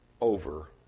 over